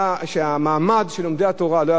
כשהמעמד של לומדי התורה לא היה ברור,